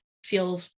feel